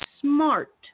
SMART